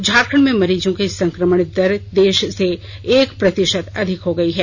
झारखंड में मरीजो की संकमण दर देश से एक प्रतिशत अधिक हो गयी है